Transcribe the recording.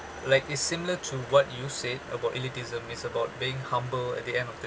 like is similar to what you said about elitism is about being humble at the end of the